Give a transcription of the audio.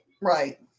right